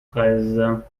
treize